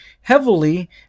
heavily